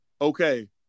Okay